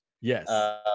Yes